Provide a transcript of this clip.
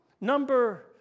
number